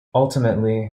ultimately